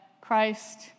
Christ